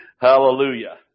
Hallelujah